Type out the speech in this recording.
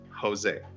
Jose